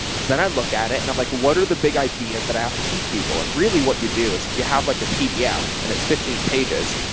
then i look at it and i'm like, what are the big ideas that i have to teach people? and really what you do is if you have like a pdf and it's fifteen pages,